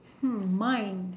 hmm mine